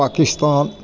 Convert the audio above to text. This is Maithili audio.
पाकिस्तान